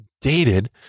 dated